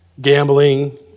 Gambling